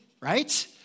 right